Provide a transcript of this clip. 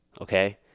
okay